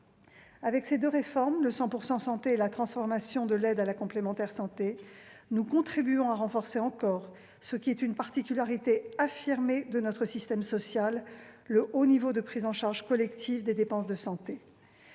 Avec ces deux réformes, le 100 % santé et la transformation de l'aide à la complémentaire santé, nous contribuons à renforcer encore ce qui constitue une particularité affirmée de notre système social, le haut niveau de prise en charge collective des dépenses de santé.